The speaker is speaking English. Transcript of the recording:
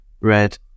red